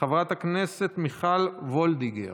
חברת הכנסת מיכל וולדיגר.